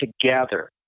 together